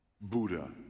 Buddha